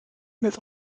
mails